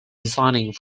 designing